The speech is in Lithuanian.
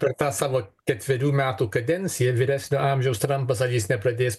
per tą savo ketverių metų kadenciją vyresnio amžiaus trampas ar jis nepradės